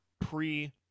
pre